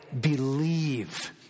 believe